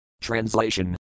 Translation